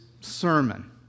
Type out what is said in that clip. sermon